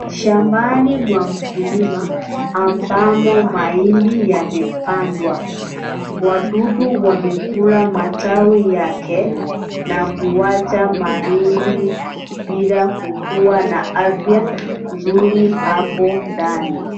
Shambani mwa mkulima, ambamo mahindi yamepandwa. Wadudu wamekula matawi yake, na kuwacha mahindi bila kukuwa na afya nzuri hapo ndani.